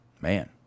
man